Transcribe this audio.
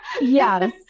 Yes